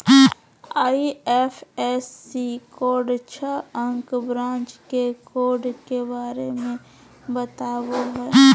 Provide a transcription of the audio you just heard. IFSC code छह अंक branch के कोड के बारे में बतावो हइ